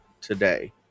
today